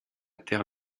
terre